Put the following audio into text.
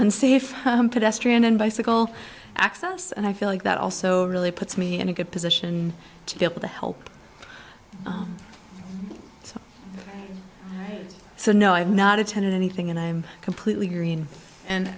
unsafe and bicycle access and i feel like that also really puts me in a good position to be able to help so no i have not attended anything and i'm completely green and